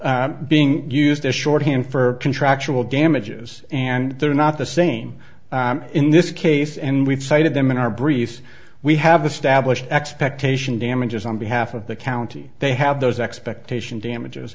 is being used as shorthand for contractual damages and they're not the same in this case and we've cited them in our brief we have established expectation damages on behalf of the county they have those expectation damages